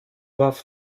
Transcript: warf